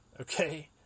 okay